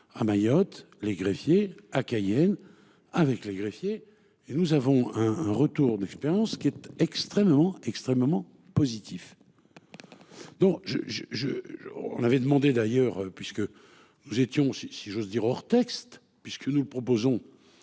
À Mayotte, les greffiers à Cayenne avec les greffiers et nous avons un un retour d'expérience qui est extrêmement, extrêmement positif. Donc je je je. On avait demandé d'ailleurs puisque nous étions si si j'ose dire hors texte puisque nous le proposons.